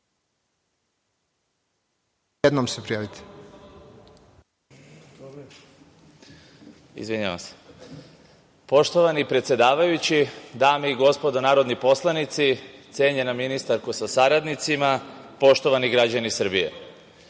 Dejan Kesar. **Dejan Kesar** Poštovani predsedavajući, dame i gospodo narodni poslanici, cenjena ministarko sa saradnicima, poštovani građani Srbije,